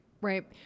right